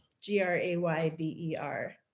g-r-a-y-b-e-r